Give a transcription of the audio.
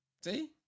See